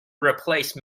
replace